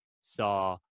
saw